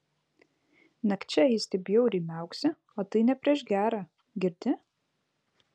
nakčia jis taip bjauriai miauksi o tai ne prieš gera girdi